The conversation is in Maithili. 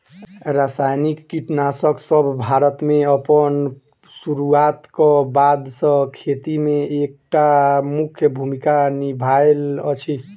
रासायनिक कीटनासकसब भारत मे अप्पन सुरुआत क बाद सँ खेती मे एक टा मुख्य भूमिका निभायल अछि